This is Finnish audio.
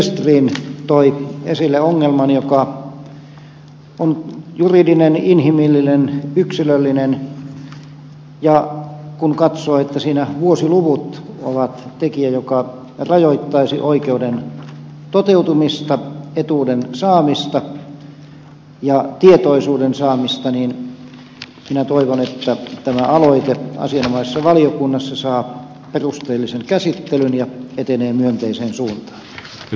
gestrin toi esille ongelman joka on juridinen inhimillinen yksilöllinen ja kun katsoo että siinä vuosiluvut ovat tekijä joka rajoittaisi oikeuden toteutumista etuuden saamista ja tietoisuuden saamista minä toivon että tämä aloite asianomaisessa valiokunnassa saa perusteellisen käsittelyn ja etenee myönteiseen suuntaan